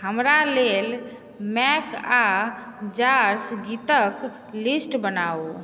हमरा लेल मैक आ जार्स गीतक लिस्ट बनाउ